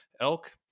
elk